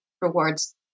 rewards